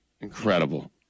incredible